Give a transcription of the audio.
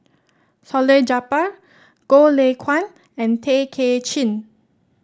Salleh Japar Goh Lay Kuan and Tay Kay Chin